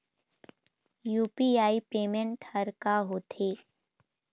UPI payment हर का होते?